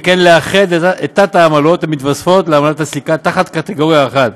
ולאחד את תת-העמלות המתווספות לעמלת הסליקה תחת קטגוריה אחת